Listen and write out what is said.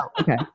Okay